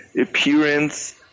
appearance